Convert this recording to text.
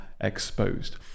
exposed